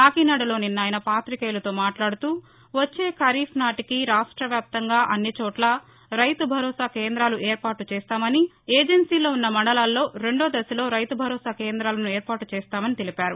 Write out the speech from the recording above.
కాకినాడలో నిన్న ఆయన పాతికేయులతో మాట్లాడుతూ వచ్చే ఖరీఫ్ నాటికి రాష్ట వ్యాప్తంగా అన్ని చోట్ల రైతు భరోసా కేందాలు ఏర్పాటు చేస్తామని ఏజెన్సీలో ఉన్న మండలాల్లో రెండో దశలో రైతు భరోసా కేంద్రాలను ఏర్పాటు చేస్తామని తెలిపారు